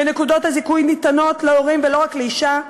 ונקודות הזיכוי ניתנות להורים ולא רק לאישה,